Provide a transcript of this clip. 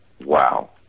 wow